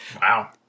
Wow